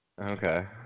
Okay